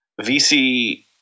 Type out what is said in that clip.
VC